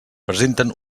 presenten